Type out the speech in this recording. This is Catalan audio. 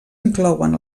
inclouen